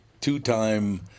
two-time